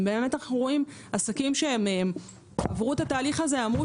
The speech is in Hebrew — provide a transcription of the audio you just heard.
ובאמת אנחנו רואים עסקים שעברו את התהליך הזה אמרו